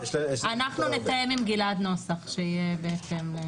אנחנו נתאם עם גלעד נוסח שיהיה בהתאם.